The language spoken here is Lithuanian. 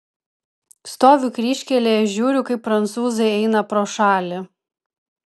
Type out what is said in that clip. stoviu kryžkelėje žiūriu kaip prancūzai eina pro šalį